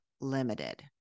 limited